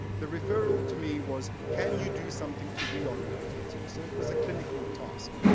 the referral to me was, can you do something to reorientate him. so it was a clinical task.